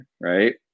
right